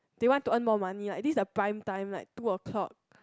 they want to earn more money like this is the prime time like two o'clock